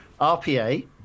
RPA